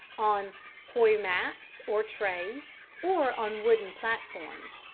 on coir mats or trays, or on wooden platforms.